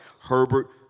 Herbert